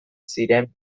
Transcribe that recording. ziren